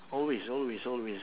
always always always